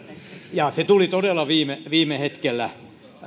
ja se tuli todella viime hetkellä